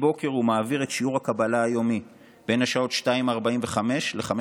מדי בוקר הוא מעביר את שיעור הקבלה היומי בין השעות 2:45 ו-5:30.